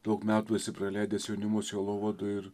daug metų esi praleidęs jaunimo sielovadoje ir